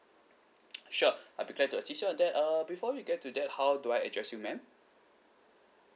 sure I'll be glad to assist you on that err before we get to that how do I address you ma'am